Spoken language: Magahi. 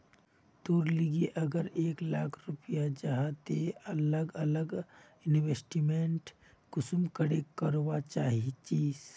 तोर लिकी अगर एक लाख रुपया जाहा ते ती अलग अलग इन्वेस्टमेंट कुंसम करे करवा चाहचिस?